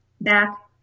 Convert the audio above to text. Back